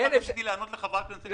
רציתי לענות לחברת הכנסת מיכל שיר סגמן.